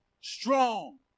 strong